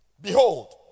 behold